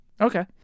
Okay